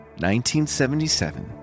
1977